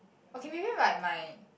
okay maybe like my